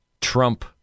Trump